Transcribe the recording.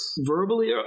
verbally